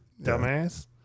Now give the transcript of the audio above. Dumbass